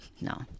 No